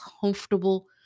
comfortable